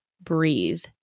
breathe